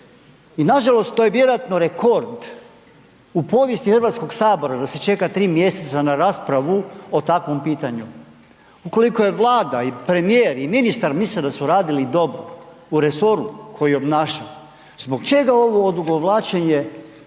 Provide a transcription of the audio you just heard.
I nažalost to je vjerojatno rekord u povijest Hrvatskog sabora da se čeka 3 mj. na raspravu o takvom pitanju. Ukoliko i Vlada i premijer i ministar misle da su radili dobro u resoru koji obnaša, zbog čega ovo odugovlačenje